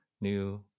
new